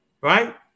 right